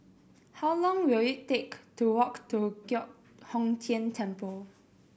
how long will it take to walk to Giok Hong Tian Temple